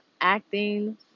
acting